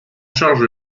charge